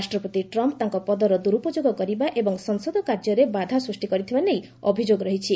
ରାଷ୍ଟପତି ଟ୍ରମ୍ପ୍ ତାଙ୍କ ପଦର ଦୂର୍ପଯୋଗ କରିବା ଏବଂ ସଂସଦ କାର୍ଯ୍ୟରେ ବାଧା ସୃଷ୍ଟି କରିଥିବା ନେଇ ଅଭିଯୋଗ ରହିଛି